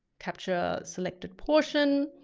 capture selected portion,